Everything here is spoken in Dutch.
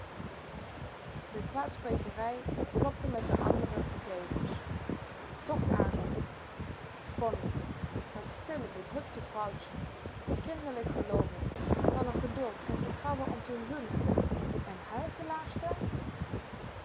de kwaadsprekerij klopte met de andere gegevens toch aarzelde je t kon niet dat stille bedrukte vrouwtje kinderlijk geloovig van n geduld en vertrouwen om te zoenen n huichelaarster